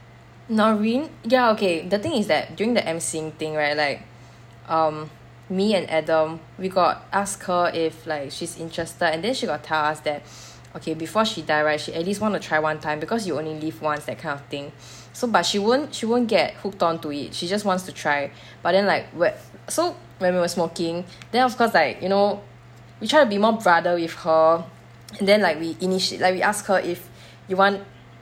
norin ya okay the thing is that during the M_C-ing thing right like um me and adam we got ask her if like she's interested and then she got tell us that okay before she die right she at least want to try one time because you only live once that kind of thing so but she won't she won't get hooked onto it she just wants to try but then like whe~ so when we were smoking then of course like you know we try to be more brother with her and then like we initi~ like we ask her if you want